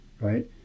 right